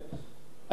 האמת היא,